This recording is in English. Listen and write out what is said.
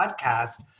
podcast